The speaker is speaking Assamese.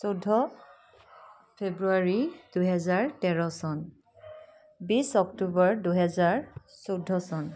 চৈধ্য ফ্ৰেব্ৰুৱাৰী দুহেজাৰ তেৰ চন বিছ অক্টোবৰ দুহেজাৰ চৈধ্য চন